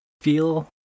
feel